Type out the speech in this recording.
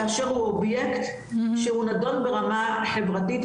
כאשר הוא אובייקט שהוא נדון ברמה חברתית,